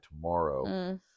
tomorrow